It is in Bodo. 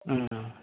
अ